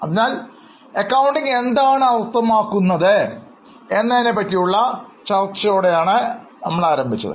അതിനാൽ അക്കൌണ്ടിംഗ് എന്താണ് അർത്ഥമാക്കുന്നത് എന്നതിനെകുറിച്ചുള്ള ചർച്ചയോടെയാണ് നമ്മൾ ആരംഭിച്ചത്